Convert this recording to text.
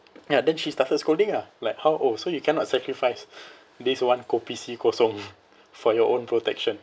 ya then she started scolding ah like how oh so you cannot sacrifice this one kopi C kosong for your own protection